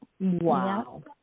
Wow